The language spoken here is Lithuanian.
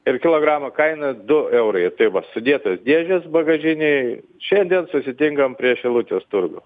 ir kilogramo kaina du eurai tai va sudėta dėžės bagažinėj šiandien susitinkam prie šilutės turgaus